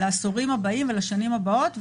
לעשורים הבאים ולשנים הבאות,